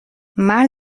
مرد